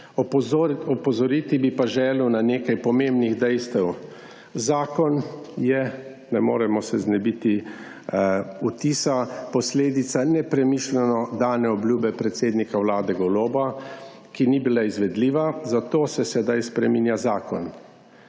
Opozoriti bi pa želel na nekaj pomembnih dejstev. Zakon je, ne moremo se znebiti vtisa, posledica nepremišljeno dane obljube predsednika Vlade Goloba, ki ni bila izvedljiva, zato se sedaj spreminja zakon.